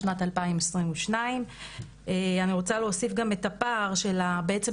בשנת 2022. אני רוצה להוסיף גם את הפער של חוסר